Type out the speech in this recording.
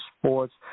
sports